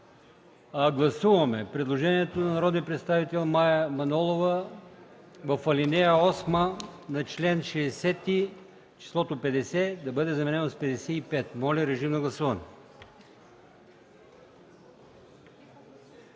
Гласуваме предложението на народния представител Мая Манолова в ал. 8 на чл. 60 числото „50” да бъде заменено с числото „55”. Режим на гласуване.